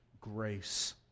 grace